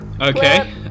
Okay